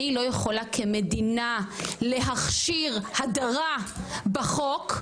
אני לא יכולה כמדינה להכשיר הדרה בחוק,